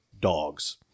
dogs